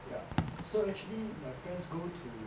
ya so actually my friends go to